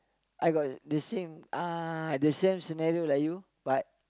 I got the same scenario like you but